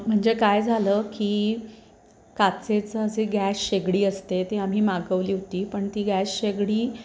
म्हणजे काय झालं की काचेचं जे गॅस शेगडी असते ती आम्ही मागवली होती पण ती गॅस शेगडी